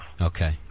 Okay